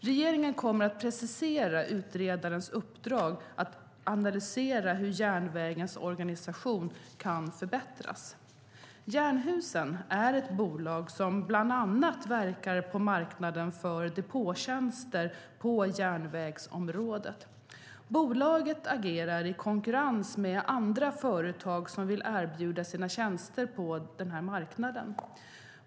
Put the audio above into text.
Regeringen kommer att precisera utredarens uppdrag att analysera hur järnvägens organisation kan förbättras. Jernhusen är ett bolag som bland annat verkar på marknaden för depåtjänster på järnvägsområdet. Bolaget agerar i konkurrens med andra företag som vill erbjuda sina tjänster på denna marknad.